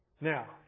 Now